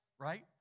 right